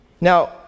Now